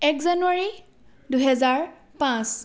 এক জানুৱাৰী দুহেজাৰ পাঁচ